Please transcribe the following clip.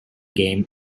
game